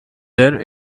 there